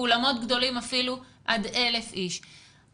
באולמות גדולים אפילו עד 1,000 איש.